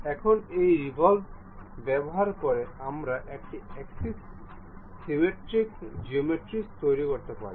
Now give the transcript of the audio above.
এখন এই রেভল্ভ ব্যবহার করে আমরা এক্সিস সিমেট্রিক জিওমেট্রিস তৈরি করতে পারি